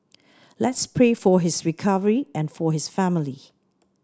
let's pray for his recovery and for his family